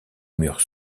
mur